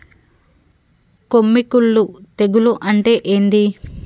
కొమ్మి కుల్లు తెగులు అంటే ఏంది?